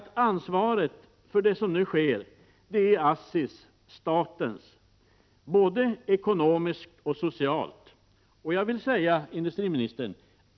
Det är råvarubristen.